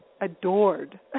adored